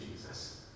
Jesus